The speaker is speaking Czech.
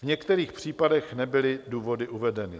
V některých případech nebyly důvody uvedeny.